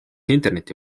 interneti